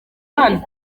hano